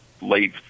late